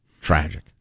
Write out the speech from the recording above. Tragic